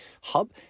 Hub